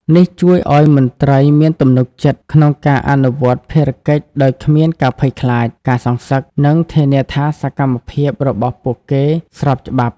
នេះជួយឲ្យមន្ត្រីមានទំនុកចិត្តក្នុងការអនុវត្តភារកិច្ចដោយគ្មានការភ័យខ្លាចការសងសឹក និងធានាថាសកម្មភាពរបស់ពួកគេស្របច្បាប់។